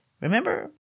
remember